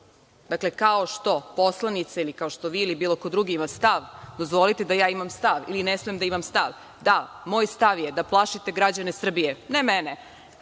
stav. Kao što poslanica, ili kao što vi ili bilo ko drugi ima stav, dozvolite da ja imam stav ili ne smem da imam stav. Da, moj stav je da plašite građane Srbije, ne mene,